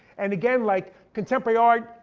and again, like contemporary art,